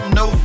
no